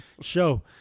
show